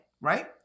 right